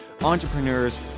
entrepreneurs